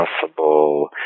possible